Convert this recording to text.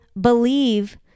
believe